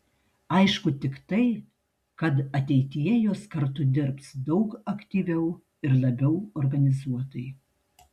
aišku tik tai kad ateityje jos kartu dirbs daug aktyviau ir labiau organizuotai